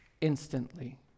instantly